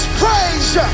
praise